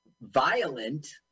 violent